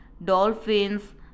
Dolphins